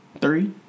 Three